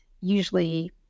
usually